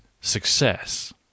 success